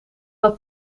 dat